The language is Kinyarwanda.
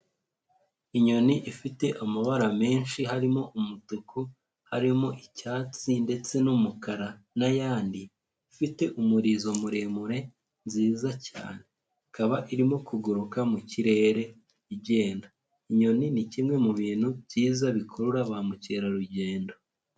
Inyoni ifite amabara menshi harimo umutuku, harimo icyatsi ndetse n'umukara n'ayandi, ifite umurizo muremure nziza cyane, ikaba irimo kuguruka mu kirere igenda, inyoni ni kimwe mu bintu byiza bikurura ba mukerarugendo.